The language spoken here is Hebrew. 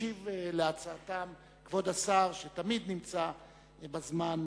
ישיב להצעתם כבוד השר שתמיד נמצא בזמן,